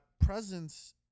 presence